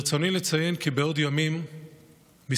ברצוני לציין כי בעוד ימים מספר,